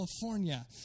California